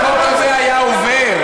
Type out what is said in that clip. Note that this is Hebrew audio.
החוק הזה היה עובר.